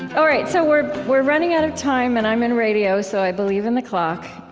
all right, so we're we're running out of time, and i'm in radio, so i believe in the clock.